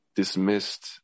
dismissed